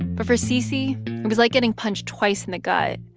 but for cc, it was like getting punched twice in the gut.